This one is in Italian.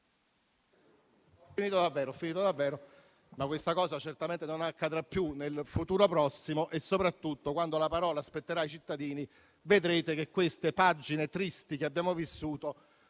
stolti qualche mese fa, ma questa cosa certamente non accadrà più nel futuro prossimo e, soprattutto, quando la parola spetterà ai cittadini, vedrete che queste pagine tristi che abbiamo vissuto,